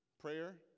Prayer